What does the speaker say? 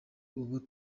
ubu